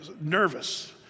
nervous